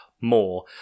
more